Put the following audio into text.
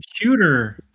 computer